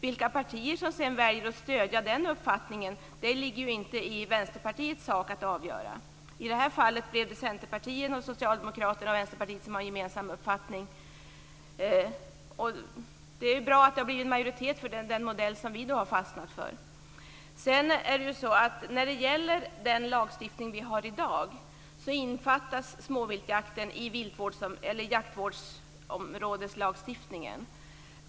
Vilka partier som sedan väljer att stödja den uppfattningen är det inte i Vänsterpartiets sak att avgöra. I detta fall är det Centerpartiet, Socialdemokraterna och Vänsterpartiet som har gemensam uppfattning. Det är bra att det har blivit en majoritet för den modell som vi har fastnat för. När det gäller den lagstiftning vi har i dag kan jag säga att småviltsjakten innefattas i jaktvårdsområdeslagstiftningen.